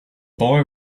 boy